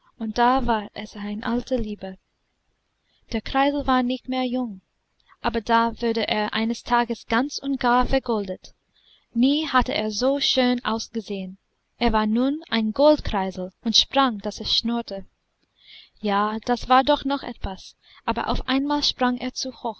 und da war es eine alte liebe der kreisel war nicht mehr jung aber da wurde er eines tages ganz und gar vergoldet nie hatte er so schön ausgesehen er war nun ein goldkreisel und sprang daß es schnurrte ja das war doch noch etwas aber auf einmal sprang er